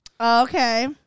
Okay